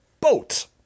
boat